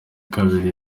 kabiri